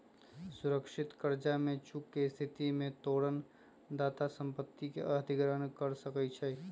सुरक्षित करजा में चूक के स्थिति में तोरण दाता संपत्ति के अधिग्रहण कऽ सकै छइ